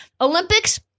Olympics